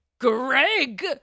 Greg